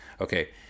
Okay